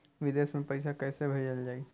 विदेश में पईसा कैसे भेजल जाई?